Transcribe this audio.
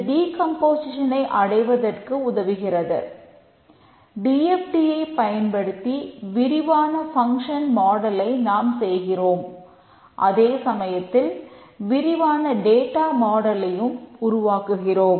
D F T உருவாக்குகிறோம்